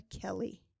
Kelly